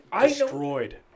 Destroyed